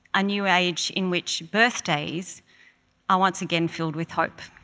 a new age in which birthdays are once again filled with hope.